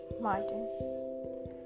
Martin